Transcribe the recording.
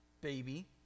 baby